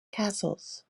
castles